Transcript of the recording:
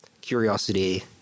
curiosity